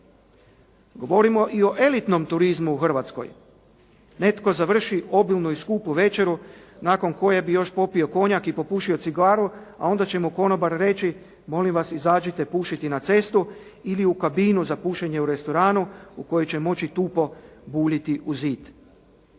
Govorimo i o elitnom turizmu u Hrvatskoj. Netko završi obilnu i skupu večeru nakon koje bi još popio i konjak i popušio cigaru, a onda će mu konobar reći, molim vas izađite pušiti na cestu ili u kabinu za pušenje u restoranu u koji će moći tupo buljiti u zid.